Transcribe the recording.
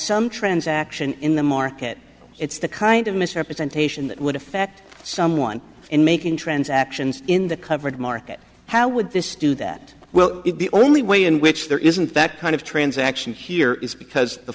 some transaction in the market it's the kind of misrepresentation that would affect someone and making transactions in the covered market how would this do that well if the only way in which there isn't that kind of transaction here is because the